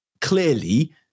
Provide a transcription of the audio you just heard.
clearly